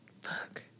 Fuck